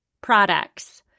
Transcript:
products